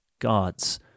gods